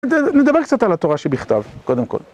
נדבר... נדבר קצת על התורה שבכתב, קודם כל.